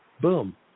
Boom